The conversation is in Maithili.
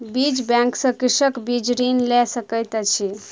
बीज बैंक सॅ कृषक बीज ऋण लय सकैत अछि